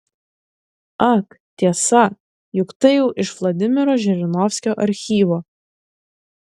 ak tiesa juk tai jau iš vladimiro žirinovskio archyvo